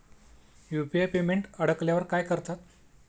UPI payment अडकल्यावर काय करतात?